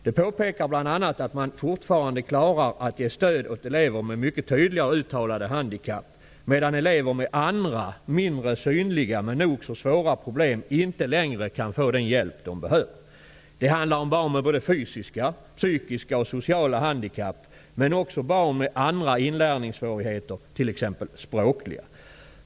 De påpekar bl.a. att de fortfarande klarar att ge stöd åt elever med mycket tydliga och uttalade handikapp medan elever med andra mindre synliga men nog så svåra problem inte längre kan få den hjälp de behöver. Det handlar om barn med fysiska, psykiska och sociala handikapp men också om barn med andra inlärningssvårigheter, t.ex. språkliga.